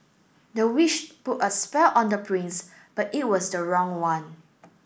the witch put a spell on the prince but it was the wrong one